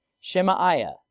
Shemaiah